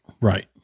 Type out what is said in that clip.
Right